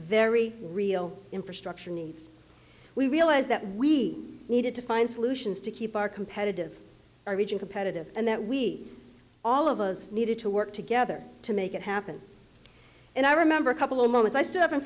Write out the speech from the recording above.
very real infrastructure needs we realized that we needed to find solutions to keep our competitive our region competitive and that we all of us needed to work together to make it happen and i remember a couple of moments i stood up in